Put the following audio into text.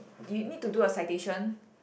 you need to do a citation